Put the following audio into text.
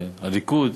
והליכוד,